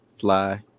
fly